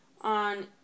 on